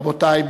רבותי,